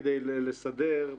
כדי לסדר,